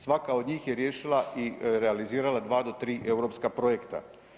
Svaka od njih je riješila i realizirala dva do tri europska projekta.